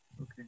Okay